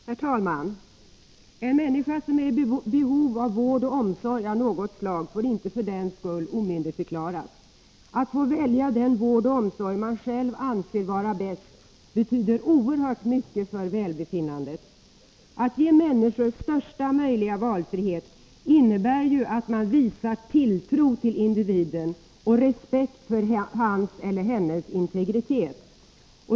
Herr talman! En människa som är i behov av vård och omsorg av något slag får inte för den skull omyndigförklaras. Att få välja den vård och omsorg man själv anser vara bäst betyder oerhört mycket för välbefinnandet. Att ge människor största möjliga valfrihet innebär ju att man visar tilltro till individen och respekt för hans eller hennes integritet.